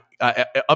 Up